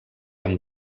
amb